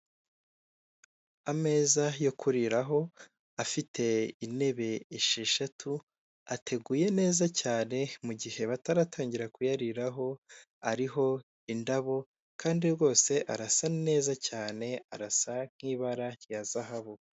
Ameza yo kuriraho, afite intebe esheshatu, ateguye neza cyane, mu gihe bataratangira kuyariraho ariho indabo, kandi rwose arasa neza cyane arasa nk'ibara rya zahabu.